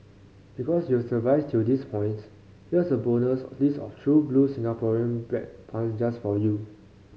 because you've survived till this points here's a bonus list of true blue Singaporean bread puns just for you